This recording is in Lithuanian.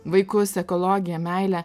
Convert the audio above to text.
vaikus ekologiją meilę